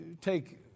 take